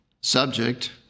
Subject